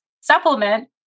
supplement